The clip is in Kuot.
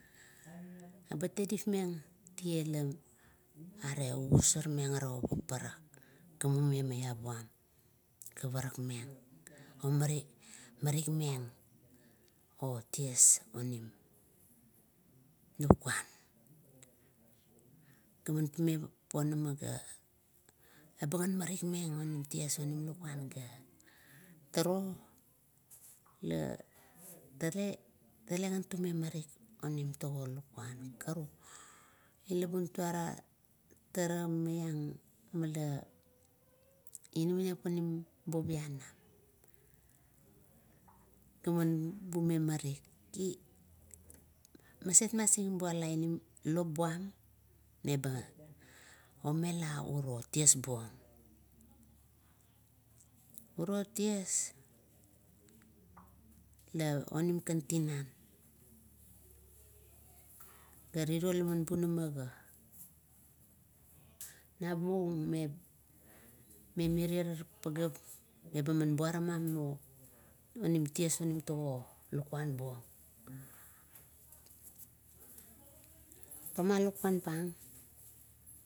Ebet tedip meng, tiea la ogasor mengt ara paparak gamumaio maiabuam ga parak meng, omarit meng oties onim lukuan. Ga pame ponama ga, ebagan marikmeng oties onim lukuan gat. Turo la talegan tume marik onim tago lukuan, karuk ina kiun tuara, tara maiang mada inamaniap onim bovianam, ton tume marik, maset masingbuala lop buam meba omela uro ties buong. Uro ities, la onim kan tinan pa minier pageap meba man buaramam onim tiew onim tago lukuan buong. Toma lukuan pang-